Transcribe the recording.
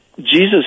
Jesus